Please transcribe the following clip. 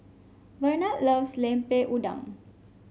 Barnard loves Lemper Udang